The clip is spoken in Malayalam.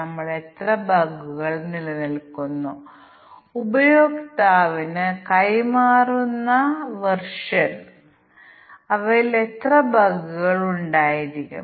ഇപ്പോൾ ഈ തീരുമാന പട്ടിക അടിസ്ഥാനമാക്കിയുള്ള പരിശോധന നിങ്ങൾക്ക് പ്രയോഗിക്കാൻ കഴിയുന്ന പ്രശ്നങ്ങൾ എന്തൊക്കെയാണെന്ന് നമുക്ക് നോക്കാം